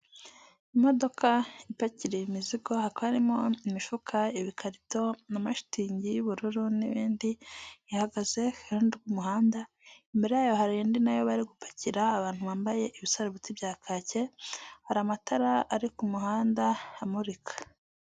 Imodoka ipakira imizigo, hakaba harimo imifuka, ibikarito, n'amashitingi y'ubururu n'ibindi, ihagaze iruhande rw'umuhanda, imbere yayo hari indi na yo bari gupakira abantu bambaye ibisarubeti bya kacye, hari amatara ari ku muhanda amurika.